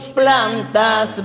plantas